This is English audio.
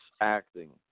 acting